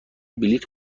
بلیط